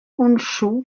honshū